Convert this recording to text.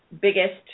biggest